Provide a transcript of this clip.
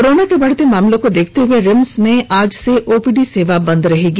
corona के बढ़ते मामलों को देखते हुए रिम्स में आज से ओपीडी सेवा बंद रहेगी